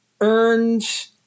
earns